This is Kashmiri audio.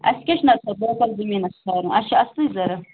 اَسہِ کیٛاہ چھُ نتہٕ لوکَل زمیٖنَس کَرُن اَسہِ چھِ اَصٕلی ضروٗرت